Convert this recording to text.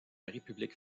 république